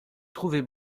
trouvez